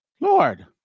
Lord